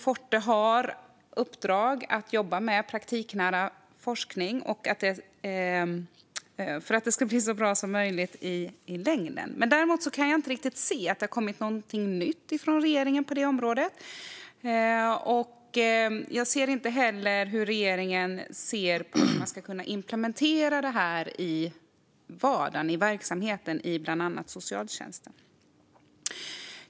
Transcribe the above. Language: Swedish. Forte har i uppdrag att jobba med praktiknära forskning för att det ska bli så bra som möjligt i längden. Men jag kan inte riktigt se att det har kommit något nytt från regeringen på det området. Jag kan inte heller se hur regeringen menar att man ska kunna implementera det här i vardagen och i verksamheten, bland annat i socialtjänsten.